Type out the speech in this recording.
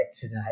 today